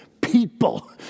People